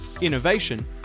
innovation